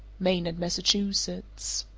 maine and massachusetts.